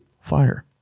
fire